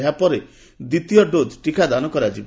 ଏହା ପରେ ଦିତୀୟ ଡୋଜ୍ ଟିକାଦାନ କରାଯିବ